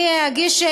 אני אגיש,